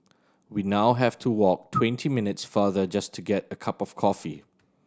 we now have to walk twenty minutes farther just to get a cup of coffee